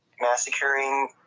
massacring